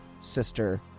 sister